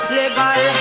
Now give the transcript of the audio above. legal